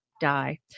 die